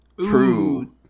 True